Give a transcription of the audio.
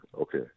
Okay